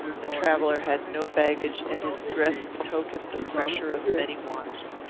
the traveller had no baggage, and his dress betokened the pressure of many wants.